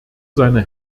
seine